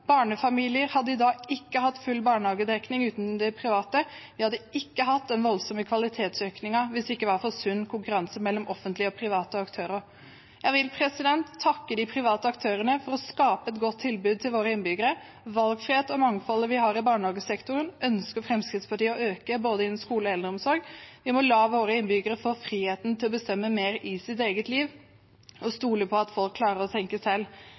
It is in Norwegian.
Barnefamilier hadde i dag ikke hatt full barnehagedekning uten de private. Vi hadde ikke hatt den voldsomme kvalitetshevingen hvis det ikke var for sunn konkurranse mellom offentlige og private aktører. Jeg vil takke de private aktørene for å skape et godt tilbud til våre innbyggere. Valgfriheten og mangfoldet vi har i barnehagesektoren, ønsker Fremskrittspartiet å øke innen både skole og eldreomsorg. Vi må la våre innbyggere få frihet til å bestemme mer i sitt eget liv og stole på at folk klarer å tenke